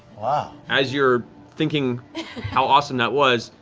ah as you're thinking how awesome that was,